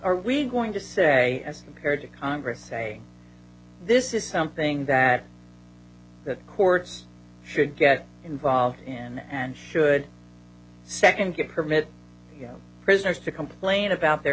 are we going to say compared to congress saying this is something that the courts should get involved in and should second to permit prisoners to complain about their